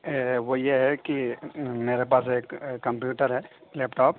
وہ یہ ہے کہ میرے پاس ایک کمپیوٹر ہے لیپ ٹاپ